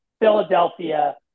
Philadelphia